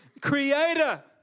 Creator